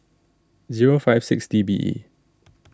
zero five six D B E